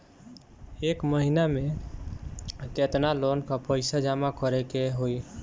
एक महिना मे केतना लोन क पईसा जमा करे क होइ?